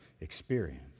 experience